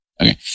okay